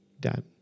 done